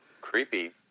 creepy